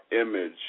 image